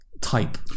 type